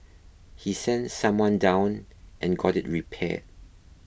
he sent someone down and got it repaired